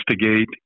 investigate